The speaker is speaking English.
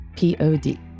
Pod